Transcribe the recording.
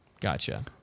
Gotcha